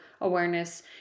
awareness